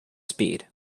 speed